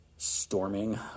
storming